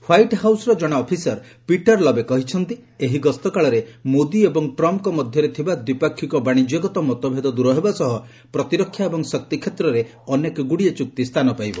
white House ଜଣେ officer Peter Lavoy କହିଛନ୍ତି ଏହି ଗସ୍ତକାଳରେ ମୋଦି ଏବଂ ଟ୍ରମ୍ପ୍ଙ୍କ ମଧ୍ୟରେ ଥିବା ଦ୍ୱିପାକ୍ଷିକ ବାଶିଜ୍ୟଗତ ମତଭେଦ ଦୂର ହେବା ସହ ପ୍ରତିରକ୍ଷା ଏବଂ ଶକ୍ତି କ୍ଷେତ୍ରରେ ଅନେକଗୁଡ଼ିଏ ଚୁକ୍ତି ସ୍ଥାନ ପାଇବ